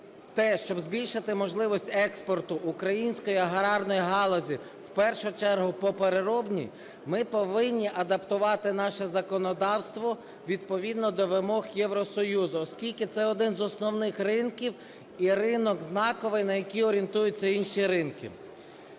те, щоб збільшити можливість експорту української аграрної галузі в першу чергу по переробній, ми повинні адаптувати наше законодавство відповідно до вимог Євросоюзу, оскільки це один з основних ринків і ринок знаковий, на який орієнтуються інші ринки.